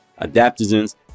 adaptogens